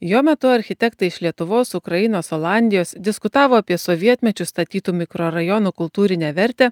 jo metu architektai iš lietuvos ukrainos olandijos diskutavo apie sovietmečiu statytų mikrorajonų kultūrinę vertę